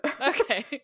Okay